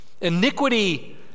Iniquity